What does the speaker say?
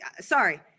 sorry